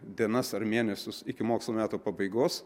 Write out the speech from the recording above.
dienas ar mėnesius iki mokslo metų pabaigos